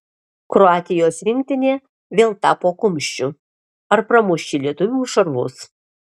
kroatijos rinktinė vėl tapo kumščiu ar pramuš jis lietuvių šarvus